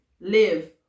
Live